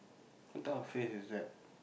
what type of face is that